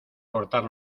cortar